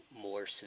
more